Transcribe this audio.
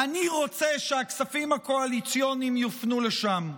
אני רוצה שהכספים הקואליציוניים יופנו לשם.